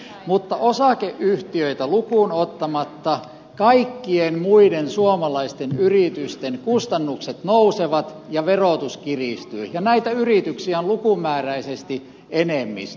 mutta osakeyhtiöitä lukuun ottamatta kaikkien muiden suomalaisten yritysten kustannukset nousevat ja verotus kiristyy ja näitä yrityksiä on lukumääräisesti enemmistö